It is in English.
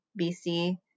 bc